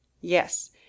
Yes